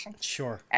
Sure